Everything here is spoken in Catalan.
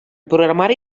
programari